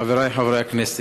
חברי חברי הכנסת,